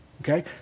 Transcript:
Okay